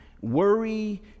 worry